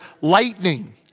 lightning